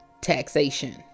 Taxation